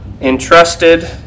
entrusted